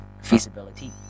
feasibility